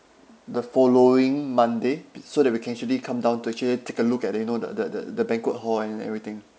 the following monday so that we can actually come down to actually take a look at the you know the the the the banquet hall and everything